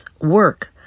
work